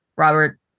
Robert